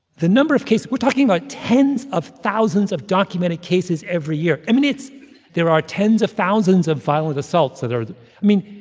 the number of case we're talking about tens of thousands of documented cases every year. i mean, it's there are tens of thousands of violent assaults that are i mean,